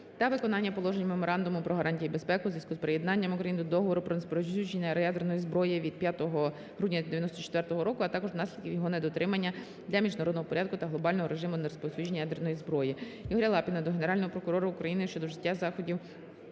та виконання положень Меморандуму про гарантії безпеки у зв'язку з приєднанням України до Договору про нерозповсюдження ядерної зброї від 5 грудня 1994 року, а також наслідків його недотримання для міжнародного порядку та глобального режиму нерозповсюдження ядерної зброї.